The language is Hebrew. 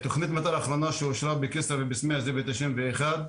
תכנית מתאר אחרונה שאושרה בכסרא ובסמיע זה ב-1991,